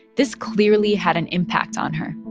this clearly had an impact on her.